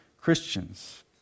Christians